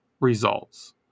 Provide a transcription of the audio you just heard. results